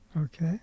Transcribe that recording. okay